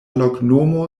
loknomo